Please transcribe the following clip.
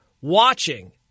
watching